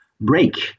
break